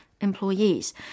employees